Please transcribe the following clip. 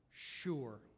Sure